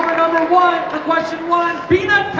one the question one peanut